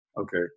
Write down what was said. Okay